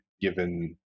given